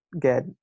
get